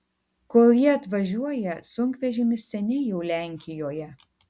kol jie atvažiuoja sunkvežimis seniai jau lenkijoje